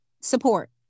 support